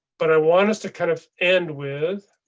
but i want us to kind of end with.